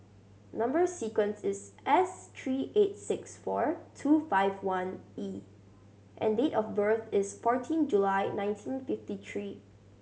number sequence is S three eight six four two five one E and date of birth is fourteen July nineteen fifty three